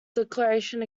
declaration